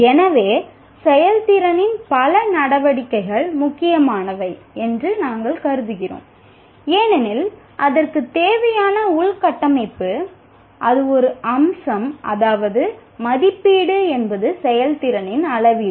எனவே செயல்திறனின் பல நடவடிக்கைகள் முக்கியமானவை என்று நாங்கள் கருதுகிறோம் ஏனெனில் அதற்குத் தேவையான உள்கட்டமைப்பு அது ஒரு அம்சம் அதாவது மதிப்பீடு என்பது செயல்திறனின் அளவீடு